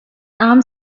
arm